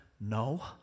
no